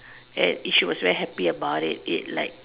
and she was very happy about it it like